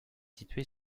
située